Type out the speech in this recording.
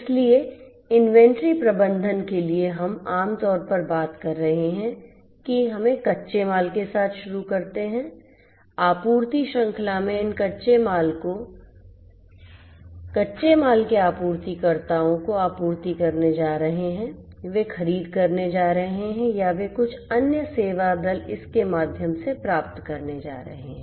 इसलिए इन्वेंट्री प्रबंधन के लिए हम आम तौर पर बात कर रहे हैं कि हमें कच्चे माल के साथ शुरू करते हैं आपूर्ति श्रृंखला में इन कच्चे माल को कच्चे माल के आपूर्तिकर्ताओं को आपूर्ति करने जा रहे हैं वे खरीद करने जा रहे हैं या वे कुछ अन्य सेवा दल इसके माध्यम से प्राप्त करने जा रहे हैं